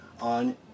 on